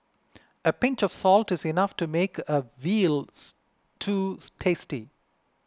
a pinch of salt is enough to make a Veal Stew tasty